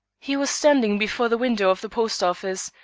he was standing before the window of the post-office,